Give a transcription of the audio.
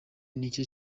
nicyo